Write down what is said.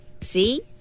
see